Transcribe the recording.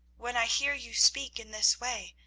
when i hear you speak in this way,